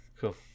cool